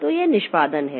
तो यह निष्पादन है